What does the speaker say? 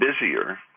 busier